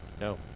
No